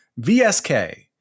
VSK